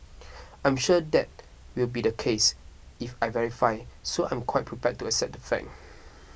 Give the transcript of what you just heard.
I'm sure that will be the case if I verify so I'm quite prepared to accept that fact